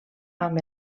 amb